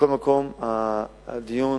מכל מקום, הדיון